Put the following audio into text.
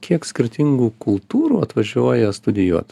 kiek skirtingų kultūrų atvažiuoja studijuot